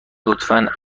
لطفا